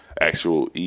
actual